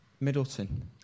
Middleton